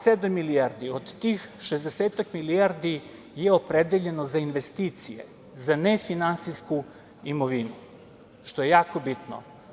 Dakle, 27 milijardi od tih 60-ak milijardi je opredeljeno za investicije, za nefinansijsku imovinu, što je jako bitno.